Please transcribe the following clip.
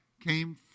came